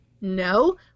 No